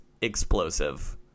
explosive